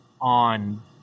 on